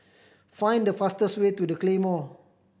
find the fastest way to The Claymore